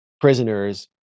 prisoners